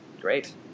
great